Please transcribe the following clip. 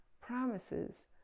promises